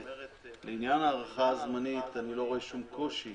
לעניין ההארכה הזמנית אני לא רואה שום קושי,